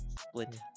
Split